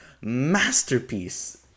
masterpiece